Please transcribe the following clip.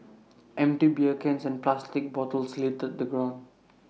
empty beer cans and plastic bottles littered the ground